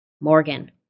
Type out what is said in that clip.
MORGAN